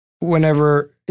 whenever